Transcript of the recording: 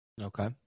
Okay